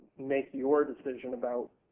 make your decision about